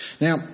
Now